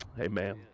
Amen